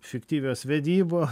fiktyvios vedybos